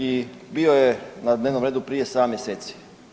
I bio je na dnevnom redu prije 7 mjeseci.